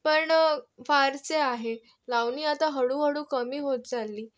पण फारसे आहे लावणी आता हळूहळू कमी होत चालली